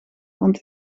want